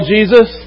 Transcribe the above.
Jesus